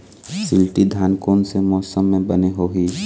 शिल्टी धान कोन से मौसम मे बने होही?